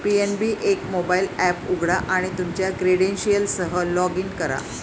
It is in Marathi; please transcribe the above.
पी.एन.बी एक मोबाइल एप उघडा आणि तुमच्या क्रेडेन्शियल्ससह लॉग इन करा